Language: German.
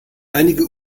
einige